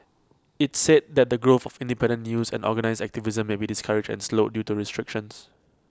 IT said that the growth of independent news and organised activism may be discouraged and slowed due to restrictions